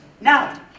Now